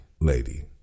lady